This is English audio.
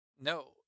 No